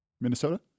Minnesota